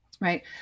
right